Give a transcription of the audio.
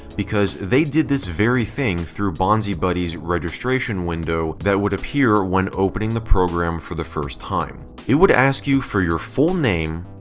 because they did this very thing through bonzibuddy's registration window that would appear when opening the program for the first time. it would ask you for your full name,